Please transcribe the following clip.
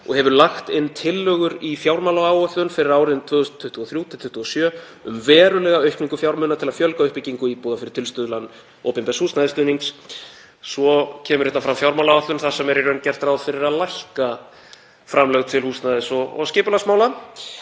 og hefur lagt inn tillögur í fjármálaáætlun fyrir árin 2023–2027 um verulega aukningu fjármuna til að fjölga uppbyggingu íbúða fyrir tilstuðlan opinbers húsnæðisstuðnings …“ Svo kemur reyndar fram fjármálaáætlun þar sem er í raun gert ráð fyrir að lækka framlög til húsnæðis- og skipulagsmála.